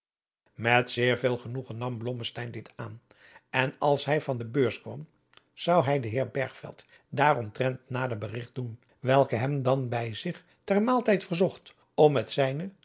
met zeer veel genoegen nam blommesteyn dit aan en als hij van de beurs kwam zou hij den heer bergveld daaromtrent nader berigt doen welke hem dan bij zich ter maaltijd verzocht om met zijnen